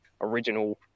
original